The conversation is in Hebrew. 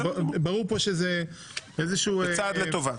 ברור פה שזה איזשהו --- זה צעד לטובה.